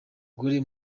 gore